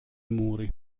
muri